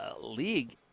league